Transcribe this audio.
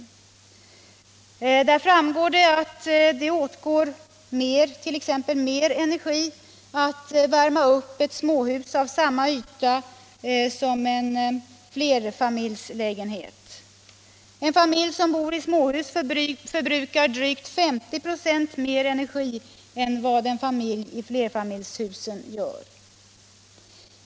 Av den översikten framgår att det åtgår mer energi för att värma upp ett småhus än en flerfamiljslägenhet av samma yta. En familj som bor i småhus förbrukar drygt 50 26 mer energi än vad en familj i ett flerfamiljshus gör.